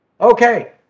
Okay